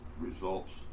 results